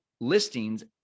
listings